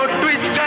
twist